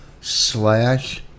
slash